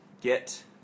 get